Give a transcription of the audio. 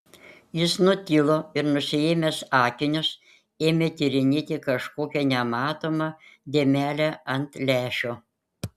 jis nutilo ir nusiėmęs akinius ėmė tyrinėti kažkokią nematomą dėmelę ant lęšio